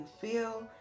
feel